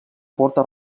porta